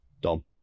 Dom